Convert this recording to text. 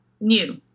new